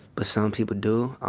but some people do.